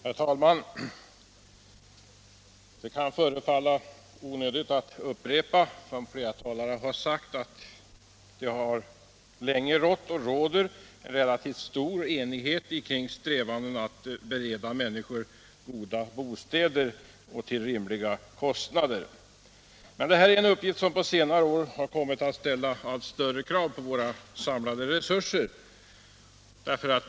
Herr talman! Det kan förefalla onödigt att upprepa vad flera talare har sagt, nämligen att det länge har rått och råder relativt stor enighet kring strävandena att bereda människor goda bostäder till rimliga kostnader. Det är en uppgift som på senare år kommit att ställa allt större krav på våra samlade resurser.